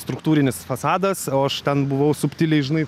struktūrinis fasadas o aš ten buvau subtiliai žinai